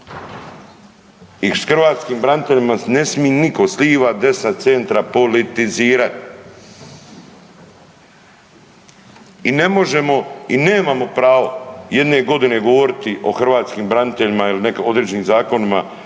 I s hrvatskim braniteljima ne smi nitko s liva, desna, centra politizirati. I ne možemo i nemamo pravo jedne godine govorit o hrvatskim braniteljima ili određenim zakonima